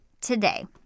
today